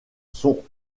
sont